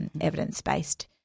evidence-based